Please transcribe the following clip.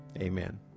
amen